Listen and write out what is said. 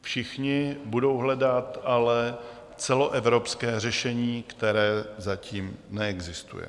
Všichni budou hledat ale celoevropské řešení, které zatím neexistuje.